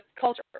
culture